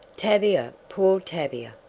tavia poor tavia!